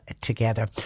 together